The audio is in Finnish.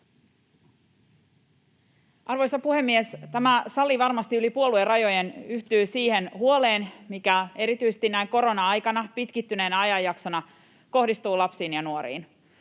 Arvoisa puhemies! Tämä sali varmasti yli puoluerajojen yhtyy siihen huoleen, mikä erityisesti näin korona-aikana, pitkittyneenä ajanjaksona, kohdistuu lapsiin ja nuoriin.